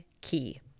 key